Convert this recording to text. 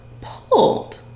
pulled